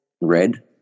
Red